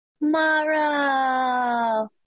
Mara